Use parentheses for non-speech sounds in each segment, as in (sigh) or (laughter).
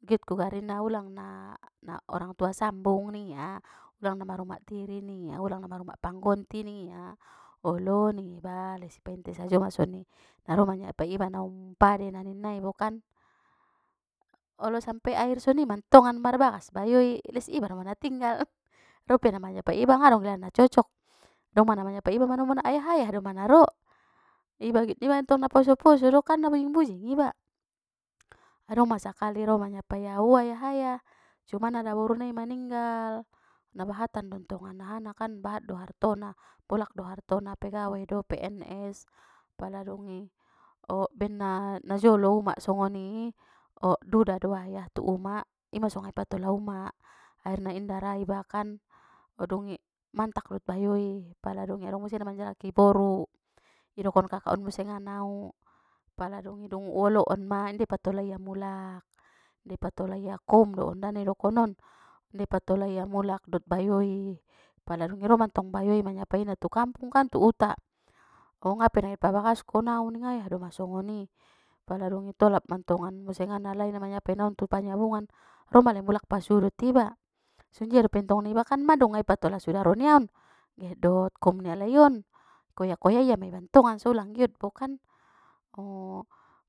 Giot ku garina ulang na ulang orangtua sambung ningia ulang na mar umak tiri ningia ulang na mar umak panggonti ningia olo ningiba les i painte sajo ma soni naro manyapai iba na um pade na ninnai bo kan, olo sampe akhir songoni mantongan marbagas bayoi les iba doma na tinggal (noise) ro pe na manyapai iba ngadong dia na cocok ro ma na manyapai iba manombo na ayah-ayah doma na ro, iba giot niba ntong na poso-poso do kan na bujing-bujing iba, adong ma sakali ro manyapai au ayah-ayah cuman adaboru nai maninggal na bahatan don tongan aha na kan bahat do hartono bolak do hartona pegawai do pns pala dungi o ben na-najolo umak songoni o duda do ayah tu umak ima so nga ipatola umak akhirna inda ra iba kan dungi mantak dot bayoi pala dungi adong muse na manjalaki boru idokon kakak on musengan au, pala dungi dung u olo on ma inda ipatola ia mulak inda ipatola ia koum do on da na idokon on inda ipatola ia mulak dot bayoi pala dungi ro mantong bayoi manyapai na tu kampung kan tu uta o ngape na get pagaskon au ning ayah doma songoni pala dungi tolap mantongan musengan alai na manyapai naon tu panyabungan ro ma alai mulak pasuo dot iba songonjia dope ntongan ning iba madung nga i patola sudaro nia on gehet dohot koum ni alai on ikoya-koya ia ma iba ntongan so ulang giot bo kan o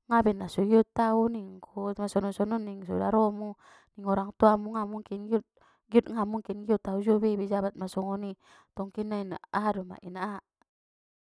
ngaben na so giot au ningku na sonon-sonon ning sudaromu ning orang tua mu nga mungkin giot giot nga mungkin giot au jo be be jabat na soni tongkinnai na aha domai na aha.